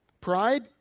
Pride